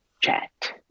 chat